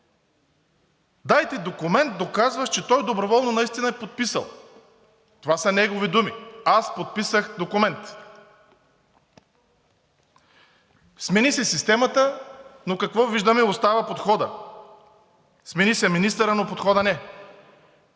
Дайте документ, доказващ, че той доброволно наистина е подписал. Това са негови думи: „Аз подписах документ.“ Смени се системата, но какво виждаме? Остава подходът! Смени се министърът, но подходът